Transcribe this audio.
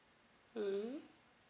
mm